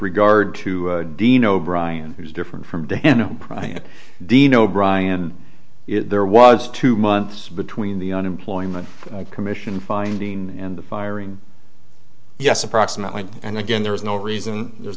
regard to dino bryan who's different from diana dino brian if there was two months between the unemployment commission finding and the firing yes approximately and again there is no reason there's